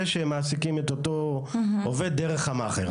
שהם מעסיקים את אותו עובד דרך המאכער.